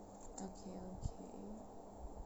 okay okay